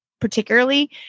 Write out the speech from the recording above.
particularly